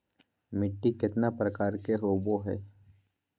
मिट्टी केतना प्रकार के होबो हाय?